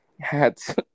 hats